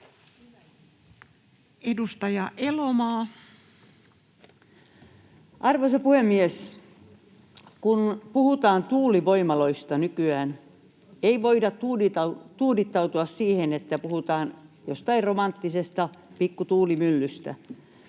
Content: Arvoisa puhemies! Kun puhutaan tuulivoimaloista nykyään, ei voida tuudittautua siihen, että puhutaan jostain romanttisesta pikku tuulimyllystä,